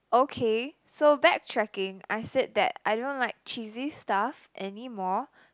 okay so backtracking I said that I don't like cheesy stuff anymore